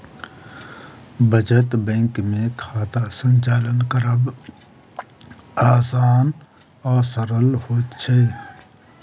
बचत बैंक मे खाता संचालन करब आसान आ सरल होइत छै